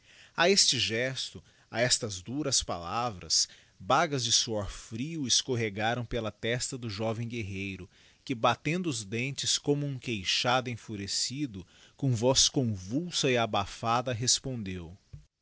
a este gesto a estas dnnis palavras bagas de suor frio escorregaram ela testa do joven guerreiro que batendo os dentes como um queixada enfurecido com voz convulsa e abafada respondeu